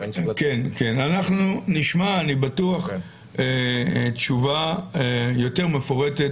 אני בטוח שנשמע תשובה יותר מפורטת